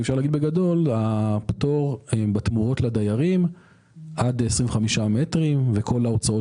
אפשר להגיד בגדול שגם הפטור בתמורות לדיירים עד 25 מטרים וכל ההוצאות